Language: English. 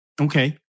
Okay